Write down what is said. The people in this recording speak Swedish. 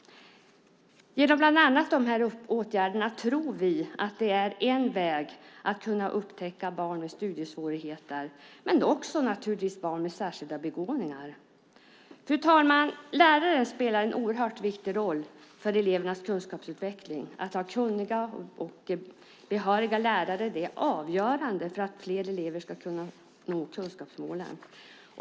Bland annat dessa åtgärder tror vi är en väg att upptäcka barn med studiesvårigheter men också naturligtvis barn med särskilda begåvningar. Fru talman! Lärare spelar en oerhört viktig roll för elevernas kunskapsutveckling. Att ha kunniga och behöriga lärare är avgörande för att fler elever ska nå kunskapsmålen.